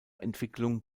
entwicklung